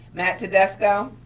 matt tedesco.